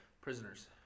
Prisoners